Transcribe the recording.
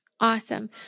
Awesome